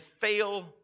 fail